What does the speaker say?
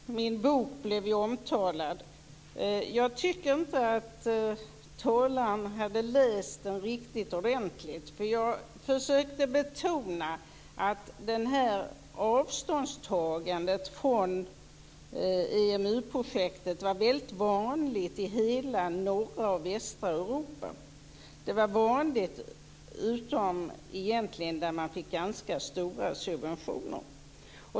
Herr talman! Min bok blev omtalad, men jag tyckte inte att talaren hade läst den ordentligt. Jag försökte betona att det här avståndstagandet från EMU-projektet var väldigt vanligt i hela norra och västra Europa. Det var vanligt förutom i länder där man fick stora subventioner.